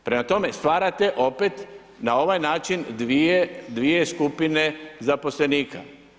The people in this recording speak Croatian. Prema tome, stvarate opet, na ovaj način dvije skupine zaposlenika.